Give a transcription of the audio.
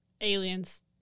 Aliens